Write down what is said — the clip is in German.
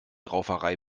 rauferei